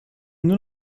nur